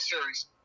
Series